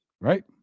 right